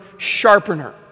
sharpener